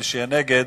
ומי שנגד,